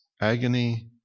agony